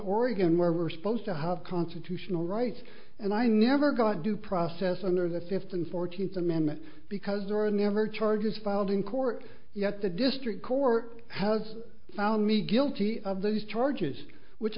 oregon where we're supposed to have constitutional rights and i never got due process under the fifth and fourteenth amendment because there are never charges filed in court yet the district court has found me guilty of those charges which